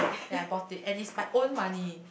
yea I bought it and is my own money